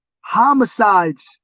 homicides